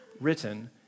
written